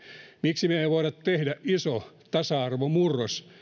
miksi me emme voi tehdä isoa tasa arvomurrosta